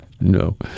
No